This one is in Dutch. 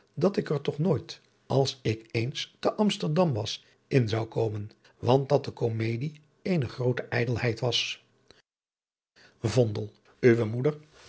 dat ik er toch nooit als ik eens te amsterdam was in zou komen want dat de komedie eene groote ijdelheid was vondel uwe moeder